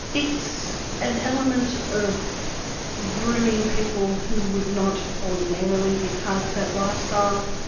it's an element of grooming people who would not ordinarily be part of that lifestyle,